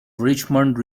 richmond